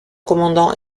commandant